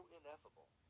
ineffable